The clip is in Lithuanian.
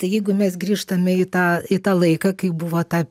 tai jeigu mes grįžtame į tą į tą laiką kai buvo ta